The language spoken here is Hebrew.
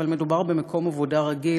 אבל מדובר במקום עבודה רגיל,